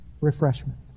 refreshment